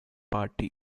christian